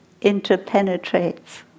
Interpenetrates